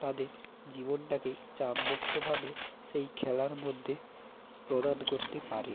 তাদের জীবনটাকে চাপমুক্তভাবে সেই খেলার মধ্যে প্রদান করতে পারে